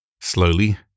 Slowly